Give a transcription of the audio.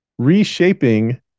reshaping